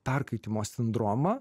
perkaitimo sindromą